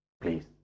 Please